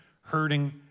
hurting